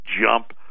jump